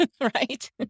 right